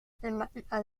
temática